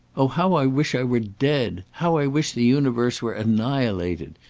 oh, how i wish i were dead! how i wish the universe were annihilated!